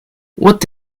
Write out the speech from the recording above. what